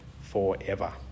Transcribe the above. forever